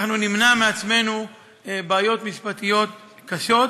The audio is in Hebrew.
אנחנו נמנע מעצמנו בעיות משפטיות קשות,